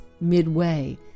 midway